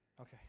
okay